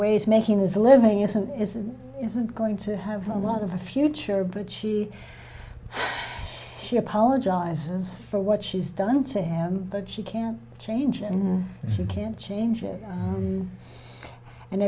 ways making his living isn't isn't isn't going to have a lot of a future but she she apologizes for what she's done to him but she can't change and she can't change him and